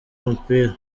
umupira